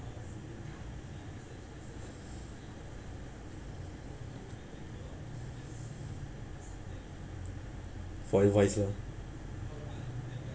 for advisor